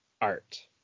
art